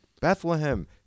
bethlehem